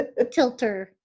tilter